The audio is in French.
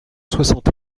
soixante